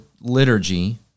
liturgy